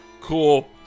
Cool